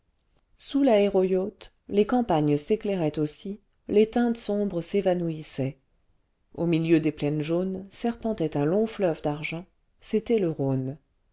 sous laéro yacht les campagnes s'éclairaient aussi les teintes sombres s'évanouissaient au milieu des plaines jaunes serpentait un long fleuve d'argent c'était le rhône